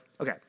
Okay